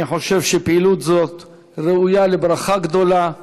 אני חושב שפעילות זו ראויה לברכה גדולה,